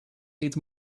needs